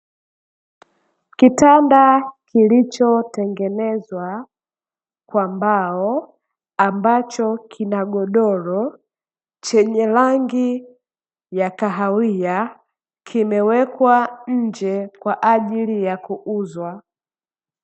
Kitanda kilichotengenezwa kwa mbao ambacho kinagodoro chenye rangi ya kahawia, kimewekwa nje kwa ajili ya kuuzwa.